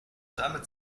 damit